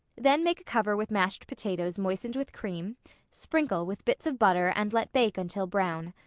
then make a cover with mashed potatoes moistened with cream sprinkle with bits of butter and let bake until brown.